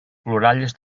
ploralles